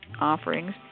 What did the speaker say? offerings